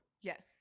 Yes